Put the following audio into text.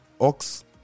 Ox